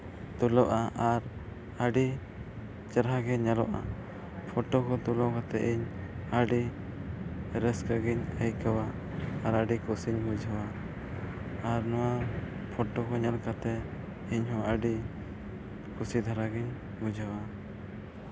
ᱛᱩᱞᱟᱹᱜᱼᱟ ᱟᱨ ᱟᱹᱰᱤ ᱪᱮᱨᱦᱟ ᱜᱮ ᱧᱮᱞᱚᱜᱼᱟ ᱯᱷᱳᱴᱳ ᱠᱚ ᱛᱩᱞᱟᱹᱣ ᱠᱟᱛᱮ ᱤᱧ ᱟᱹᱰᱤ ᱨᱟᱹᱥᱠᱟᱹ ᱜᱤᱧ ᱟᱹᱭᱠᱟᱹᱣᱟ ᱟᱨ ᱟᱹᱰᱤ ᱠᱩᱥᱤᱧ ᱵᱩᱡᱷᱟᱹᱣᱟ ᱟᱨ ᱱᱚᱣᱟ ᱯᱷᱳᱴᱳ ᱠᱚ ᱧᱮᱞ ᱠᱟᱛᱮ ᱤᱧ ᱦᱚᱸ ᱟᱹᱰᱤ ᱠᱩᱥᱤ ᱫᱷᱟᱨᱟᱜᱤᱧ ᱵᱩᱡᱷᱟᱹᱣᱟ